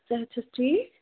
صحت چھُ حظ ٹھیٖک